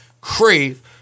crave